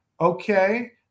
Okay